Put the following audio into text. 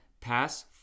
pass